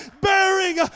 bearing